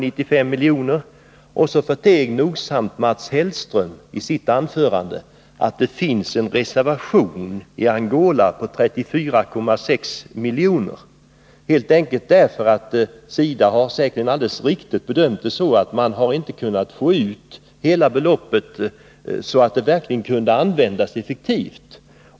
Mats Hellström förteg nogsamt i sitt anförande att det för budgetåret 1979/80 fanns en reservation på 34,6 milj.kr., helt enkelt därför att SIDA gjort den säkerligen alldeles riktiga bedömningen att hela beloppet inte skulle kunna användas effektivt.